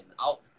out